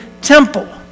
temple